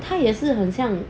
他也是很像